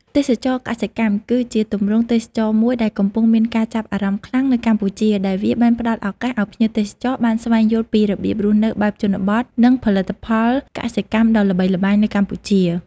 ទេសចរណ៍កសិកម្មគឺជាទម្រង់ទេសចរណ៍មួយដែលកំពុងមានការចាប់អារម្មណ៍ខ្លាំងនៅកម្ពុជា ដោយវាបានផ្ដល់ឱកាសឱ្យភ្ញៀវទេសចរបានស្វែងយល់ពីរបៀបរស់នៅបែបជនបទ និងផលិតផលកសិកម្មដ៏ល្បីល្បាញនៅកម្ពុជា ។